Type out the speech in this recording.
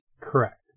Correct